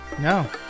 No